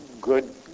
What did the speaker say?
good